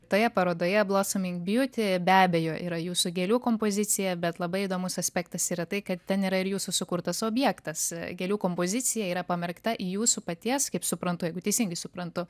toje parodoje blosoming biuti be abejo yra jūsų gėlių kompozicija bet labai įdomus aspektas yra tai kad ten yra ir jūsų sukurtas objektas gėlių kompozicija yra pamerkta į jūsų paties kaip suprantu jeigu teisingai suprantu